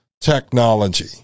technology